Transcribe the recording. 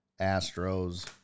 Astros